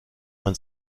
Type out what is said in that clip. man